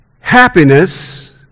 happiness